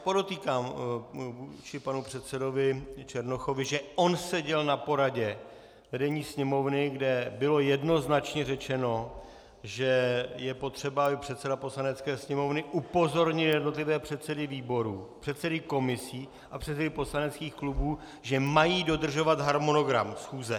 Podotýkám vůči panu předsedovi Černochovi, že on seděl na poradě vedení Sněmovny, kde bylo jednoznačně řečeno, že je potřeba, aby předseda Poslanecké sněmovny upozornil jednotlivé předsedy výborů, předsedy komisí a předsedy poslaneckých klubů, že mají dodržovat harmonogram schůze.